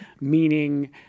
meaning